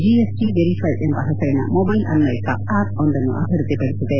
GST verify ಎಂಬ ಪೆಸರಿನ mobile ಅನ್ವಯಿಕ ಆಪ್ ಒಂದನ್ನು ಅಭಿವೃದ್ಧಿಪಡಿಸಿದೆ